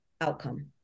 outcome